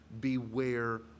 Beware